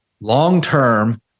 long-term